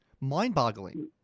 mind-boggling